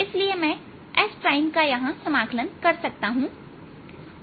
इसलिए मैं s prime का यहां समाकलन कर सकता हूं